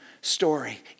story